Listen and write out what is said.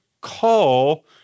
call